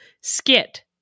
skit